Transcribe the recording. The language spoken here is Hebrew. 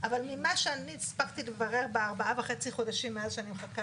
אבל ממה שאני הספקתי לברר בארבעה חודשים וחצי מאז שאני מחכה